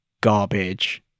garbage